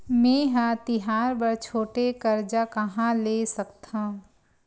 मेंहा तिहार बर छोटे कर्जा कहाँ ले सकथव?